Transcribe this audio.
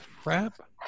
Crap